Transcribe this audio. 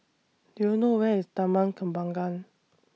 Do YOU know Where IS Taman Kembangan